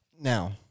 Now